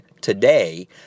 today